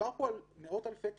מדובר פה על מאות אלפי תיקים,